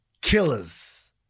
killers